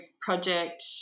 project